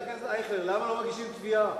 חבר הכנסת אייכלר, למה לא מגישים תביעה